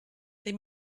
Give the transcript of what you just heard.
they